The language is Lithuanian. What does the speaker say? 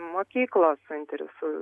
mokyklos interesus